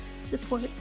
support